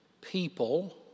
people